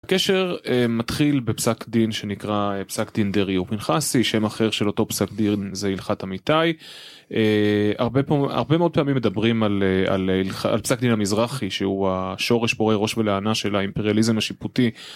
הקשר מתחיל בפסק דין שנקרא פסק דין דריו פנחסי, שם אחר של אותו פסק דין זה הלכת המיטאי, הרבה מאוד פעמים מדברים על פסק דין המזרחי שהוא השורש פורה ראש ולענה של האימפריאליזם השיפוטי